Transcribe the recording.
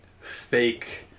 fake